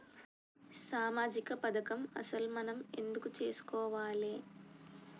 సామాజిక పథకం అసలు మనం ఎందుకు చేస్కోవాలే?